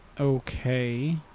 Okay